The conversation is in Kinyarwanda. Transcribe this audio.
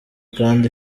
kandi